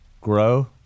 grow